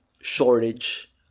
shortage